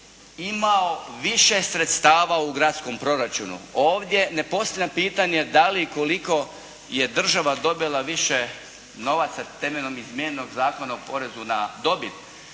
imao više sredstava u gradskom proračunu. Ovdje ne postavljam pitanje da li i koliko je država dobila više novaca temeljem izmijenjenog Zakona o porezu na dobit,